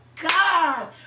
God